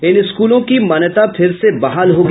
इन स्कूलों की मान्यता फिर से बहाल होगी